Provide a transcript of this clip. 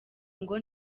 ngo